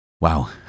Wow